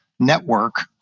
network